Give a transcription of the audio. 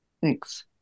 Thanks